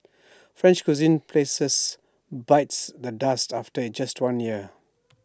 French cuisine places bites the dust after IT just one year